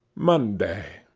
monday.